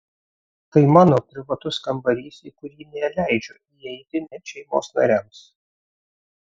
tai mano privatus kambarys į kurį neleidžiu įeiti net šeimos nariams